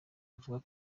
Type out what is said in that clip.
bavuga